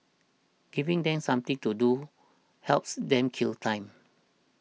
giving them something to do helps them kill time